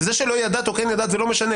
זה שלא ידעת או כן ידעת זה לא משנה,